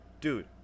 Dude